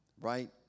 right